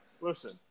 Listen